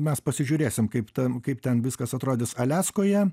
mes pasižiūrėsim kaip ten kaip ten viskas atrodys aliaskoje